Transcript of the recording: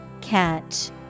Catch